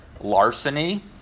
larceny